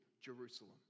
Jerusalem